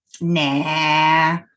Nah